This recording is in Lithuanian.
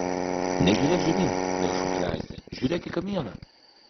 nežiūrėk žemyn vėl šūktelėjo aistė žiūrėk į kamieną